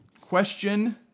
Question